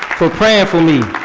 for praying for me,